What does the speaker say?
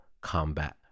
combat